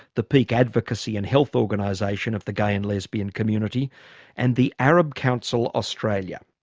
the peak advocacy and health organisation of the gay and lesbian community and the arab council australia.